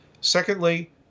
Secondly